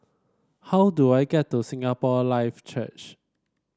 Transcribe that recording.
how do I get to Singapore Life Church